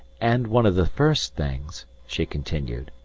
and one of the first things, she continued,